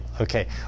Okay